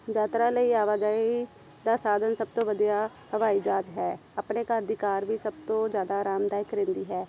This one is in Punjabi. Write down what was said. ਯਾਤਰਾ ਲਈ ਆਵਾਜਾਈ ਦਾ ਸਾਧਨ ਸਭ ਤੋਂ ਵਧੀਆ ਹਵਾਈ ਜਹਾਜ ਹੈ ਆਪਣੇ ਘਰ ਦੀ ਕਾਰ ਵੀ ਸਭ ਤੋਂ ਜ਼ਿਆਦਾ ਆਰਾਮਦਾਇਕ ਰਹਿੰਦੀ ਹੈ